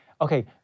okay